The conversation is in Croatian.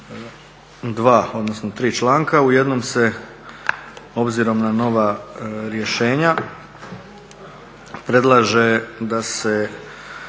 dva, odnosno tri članka. U jednom se, obzirom na nova rješenja predlaže da se